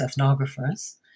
ethnographers